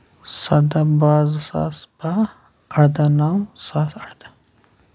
سَداہ بہہ زٕ ساس بہہ اَرداہ نو زٕ ساس اَرداہ